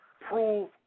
prove